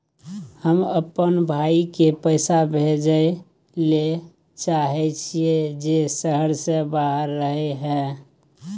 हम अपन भाई के पैसा भेजय ले चाहय छियै जे शहर से बाहर रहय हय